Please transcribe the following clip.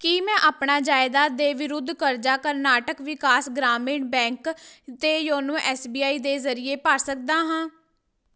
ਕੀ ਮੈਂ ਆਪਣਾ ਜਾਇਦਾਦ ਦੇ ਵਿਰੁੱਧ ਕਰਜ਼ਾ ਕਰਨਾਟਕ ਵਿਕਾਸ ਗ੍ਰਾਮੀਣ ਬੈਂਕ ਅਤੇ ਯੋਨੋ ਐਸ ਬੀ ਆਈ ਦੇ ਜ਼ਰੀਏ ਭਰ ਸਕਦਾ ਹਾਂ